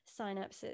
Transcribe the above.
synapses